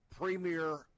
Premier